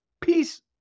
peace